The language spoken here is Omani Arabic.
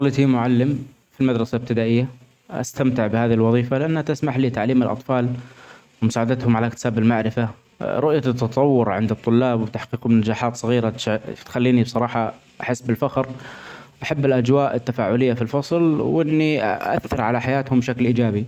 وظيفتي معلم في مدرسة إبتدائية ، أستمتع بهذه الوظيفة لأنها تسمح لي بتعليم الأطفال ،ومساعدتهم علي إكتساب المعرفة رؤية التطور عند الطلاب وتحقيق نجاحات صغيرة تش-تخليني بصراحة أحس بالفخر أحب الأجواء التفاعلية في الفصل وإني أ-أأثر علي حياتهم بشكل إيجابي.